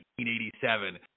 1987